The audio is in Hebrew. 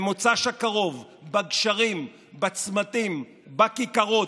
במוצ"ש הקרוב בגשרים, בצמתים, בכיכרות.